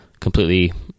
completely